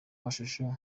mashusho